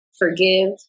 forgive